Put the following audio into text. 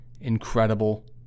incredible